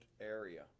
area